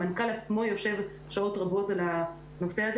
המנכ"ל עצמו יושב שעות רבות על הנושא הזה